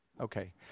Okay